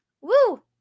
Woo